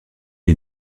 est